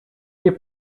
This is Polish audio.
nie